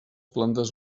plantes